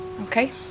okay